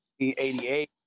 1988